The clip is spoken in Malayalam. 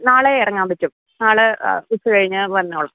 നാളെ ഇറങ്ങാൻ പറ്റും നാളെ ഉച്ച കഴിഞ്ഞ് വന്നോളാം